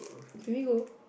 can we go